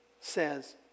says